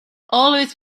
always